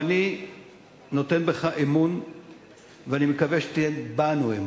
ואני נותן בך אמון ואני מקווה שתיתן בנו אמון,